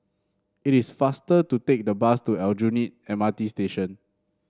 it is faster to take the bus to Aljunied M R T Station